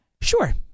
Sure